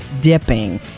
dipping